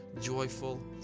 joyful